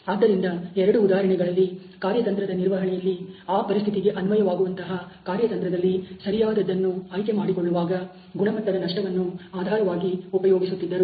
ಆದ್ದರಿಂದ ಎರಡು ಉದಾಹರಣೆಗಳಲ್ಲಿ ಕಾರ್ಯತಂತ್ರದ ನಿರ್ವಹಣೆಯಲ್ಲಿ ಆ ಪರಿಸ್ಥಿತಿಗೆ ಅನ್ವಯವಾಗುವಂತಹ ಕಾರ್ಯತಂತ್ರದಲ್ಲಿ ಸರಿಯಾದದ್ದನ್ನು ಆಯ್ಕೆ ಮಾಡಿಕೊಳ್ಳುವಾಗ ಗುಣಮಟ್ಟದ ನಷ್ಟವನ್ನು ಆಧಾರವಾಗಿ ಉಪಯೋಗಿಸುತ್ತಿದ್ದರು